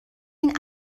این